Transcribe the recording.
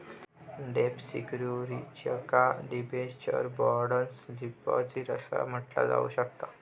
डेब्ट सिक्युरिटीजका debentures, bonds, deposits असा म्हटला जाऊ शकता